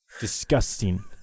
disgusting